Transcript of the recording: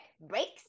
Breaks